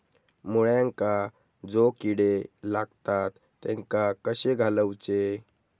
मुळ्यांका जो किडे लागतात तेनका कशे घालवचे?